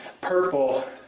purple